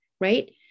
right